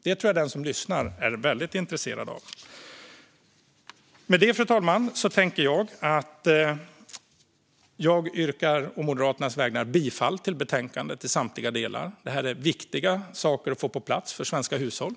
Det tror jag att de som lyssnar är väldigt intresserade av. Med det, fru talman, yrkar jag å Moderaternas vägnar bifall till utskottets förslag i betänkandet i samtliga delar. Detta är viktiga saker att få på plats för svenska hushåll.